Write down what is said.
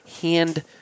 hand-